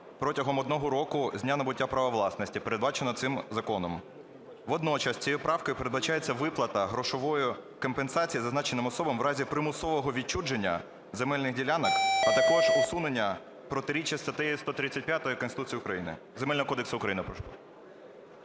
протягом одного року з дня набуття права власності, передбаченого цим законом. Водночас цією правкою передбачається виплата грошової компенсації зазначеним особам примусового відчуження земельних ділянок, а також усунення протиріччя статті 135 Конституції України… Земельного кодексу України. Прошу